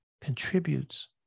contributes